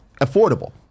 affordable